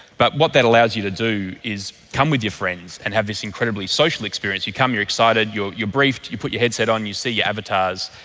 but what that allows you to do is come with your friends and have this incredibly social experience. you come, you're excited, you're briefed, you put your headset on, you see your avatars,